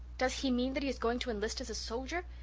does he mean that he is going to enlist as a soldier?